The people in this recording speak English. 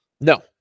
No